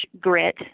grit